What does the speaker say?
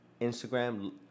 Instagram